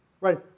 right